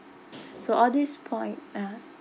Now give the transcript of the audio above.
so all this point uh